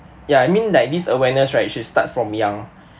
ya I mean like this awareness right should start from young